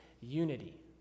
unity